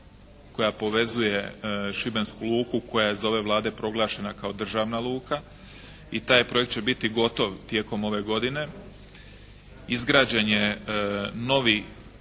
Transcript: koja povezuje šibensku luku koje je iz ove Vlade proglašena kao državna luka. I taj projekt će biti gotov tijekom ove godine. Izgrađen je novi